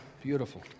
Beautiful